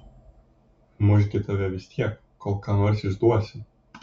muš gi tave vis tiek kol ką nors išduosi